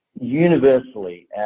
universally